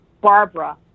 Barbara